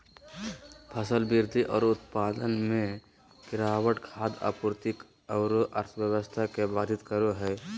फसल वृद्धि और उत्पादन में गिरावट खाद्य आपूर्ति औरो अर्थव्यवस्था के बाधित करो हइ